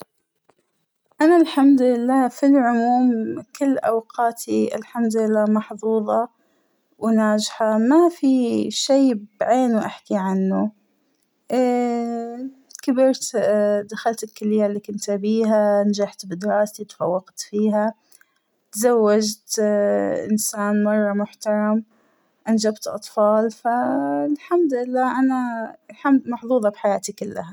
أنا الحمد لله فى العموم كل أوقاتى الحمد لله محظوظة وناجحة ما فى شى بعينه أحكى عنه ، كبرت اا- دخلت الكلية اللى كنت أبيها نجحت بدراستى تفوقت فيها ، تزوجت اا- إنسان مرة محترم أنجبت أطفال ، فااا- الحمد لله أنا الحمد- محظوظة بحياتى كلها.